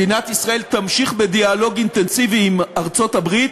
מדינת ישראל תמשיך בדיאלוג אינטנסיבי עם ארצות-הברית,